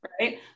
right